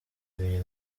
imirimo